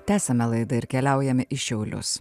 tęsiame laidą ir keliaujame į šiaulius